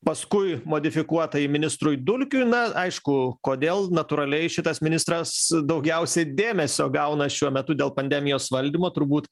paskui modifikuota į ministrui dulkiui na aišku kodėl natūraliai šitas ministras daugiausiai dėmesio gauna šiuo metu dėl pandemijos valdymo turbūt